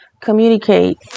communicate